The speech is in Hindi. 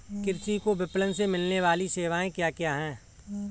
कृषि को विपणन से मिलने वाली सेवाएँ क्या क्या है